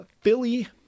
Philly